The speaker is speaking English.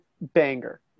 banger